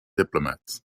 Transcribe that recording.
diplomats